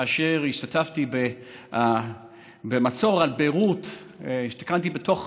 כאשר השתתפתי במצור על ביירות, השתכנתי בתוך